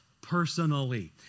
personally